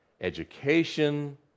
education